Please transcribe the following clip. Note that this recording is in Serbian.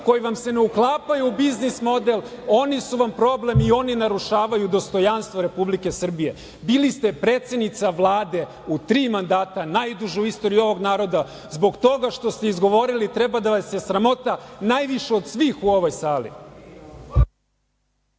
koji vam se ne uklapaju u biznis model oni su vam problem i oni narušavaju dostojanstvo Republike Srbije. Bili ste predsednica Vlade u tri mandata, najduže u istoriji ovog naroda. Zbog toga što ste izgovorili treba da vas je sramota najviše od svih u ovoj sali.